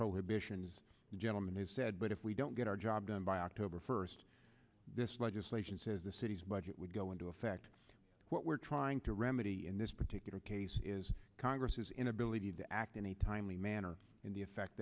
prohibitions gentlemen he said but if we don't get our job done by october first this legislation says the city's budget would go into effect what we're trying to remedy in this particular case is congress's inability to act in a timely manner and the effect